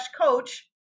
coach